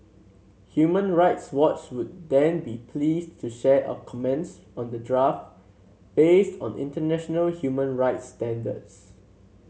Human Rights Watch would then be pleased to share our comments on the draft based on international human rights standards